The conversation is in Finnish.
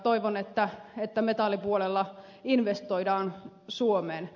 toivon että metallipuolella investoidaan suomeen